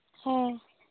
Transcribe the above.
ᱦᱮᱸ